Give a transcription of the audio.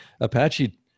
Apache